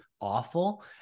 awful